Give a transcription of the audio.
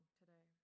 today